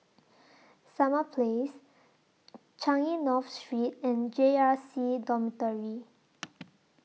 Summer Place Changi North Street and J R C Dormitory